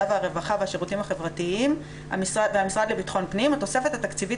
והרווחה והשירותים החברתיים והמשרד לביטחון פנים התוספת התקציבית